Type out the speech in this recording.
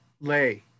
lay